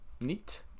Neat